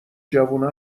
جوونا